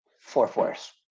four-fours